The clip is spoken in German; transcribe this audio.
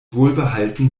wohlbehalten